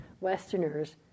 Westerners